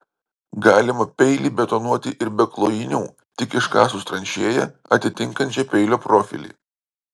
galima peilį betonuoti ir be klojinių tik iškasus tranšėją atitinkančią peilio profilį